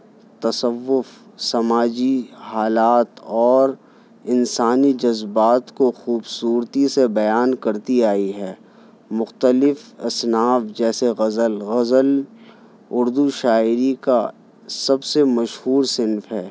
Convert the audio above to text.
تصوف سماجی حالات اور انسانی جذبات کو خوبصورتی سے بیان کرتی آئی ہے مختلف اصناف جیسے غزل غزل اردو شاعری کا سب سے مشہور صنف ہے